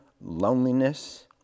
loneliness